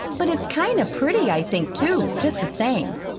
but it's kind of pretty, i think, too, jest the same.